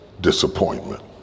disappointment